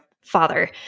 father